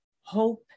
Hope